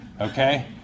okay